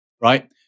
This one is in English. right